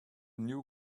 new